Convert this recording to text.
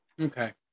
Okay